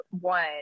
one